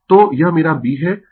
तो यह मेरा b है